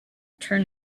turn